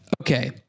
Okay